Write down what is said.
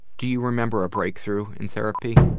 do you remember a breakthrough in therapy?